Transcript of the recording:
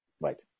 Right